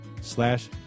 slash